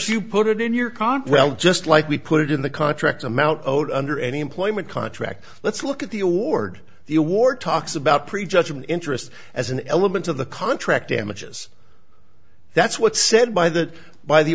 you put it in your contract just like we put it in the contract amount owed under any employment contract let's look at the award the award talks about prejudgment interest as an element of the contract damages that's what's said by the by the